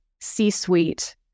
C-suite